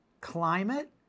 climate